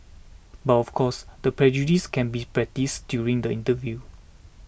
but of course the prejudice can be produce during the interview